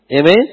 Amen